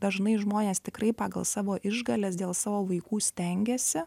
dažnai žmonės tikrai pagal savo išgales dėl savo vaikų stengiasi